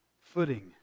footing